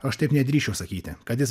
aš taip nedrįsčiau sakyti kad jis